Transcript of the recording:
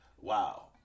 Wow